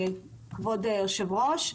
כבוד היושב-ראש.